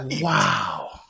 Wow